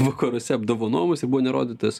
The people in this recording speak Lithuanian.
vakaruose apdovanojamas ir buvo nerodytas